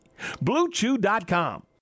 BlueChew.com